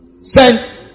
sent